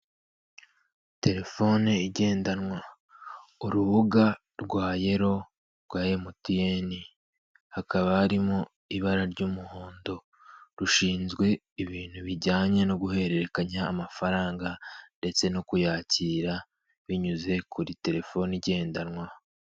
Terefone igendanwa, urubuga rwa yero rwa emutiyene hakaba harimo ibara ry'umuhondo rushinzwe ibintu bijyanye no guhererekanya amafaranga ndetse no kuyakira binyuze kuri terefoni igendanwa.